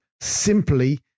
simply